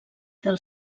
del